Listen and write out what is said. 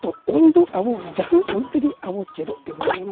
ᱛᱚ ᱚᱞᱫᱚ ᱟᱵᱚ ᱡᱟᱦᱟᱸ ᱚᱞᱛᱮᱜᱮ ᱟᱵᱚ ᱪᱮᱫᱚᱜ ᱛᱮ ᱦᱩᱭᱟᱵᱚᱱᱟ